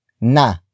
Na